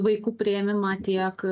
vaikų priėmimą tiek